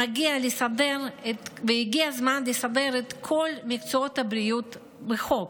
הגיע הזמן לסדר את כל מקצועות הבריאות בחוק,